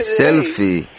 selfie